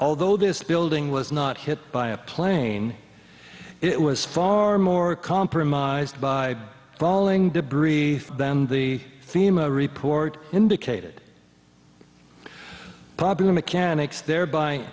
although this building was not hit by a plane it was far more compromised by falling debris than the fema report indicated popular mechanics thereby